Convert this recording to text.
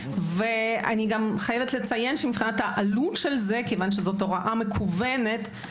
כיון שזו הוראה מקוונת,